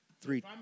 Three